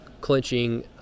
clinching